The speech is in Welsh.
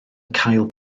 cael